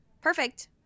Perfect